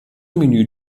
menü